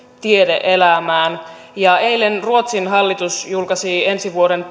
tiede elämään ja eilen ruotsin hallitus julkaisi ensi vuoden